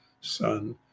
son